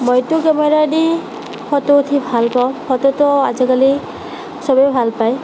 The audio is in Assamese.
মইতো কেমেৰাইদি ফটো উঠি ভালপাওঁ ফটোতো আজিকালি চবেই ভালপায়